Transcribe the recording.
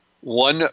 one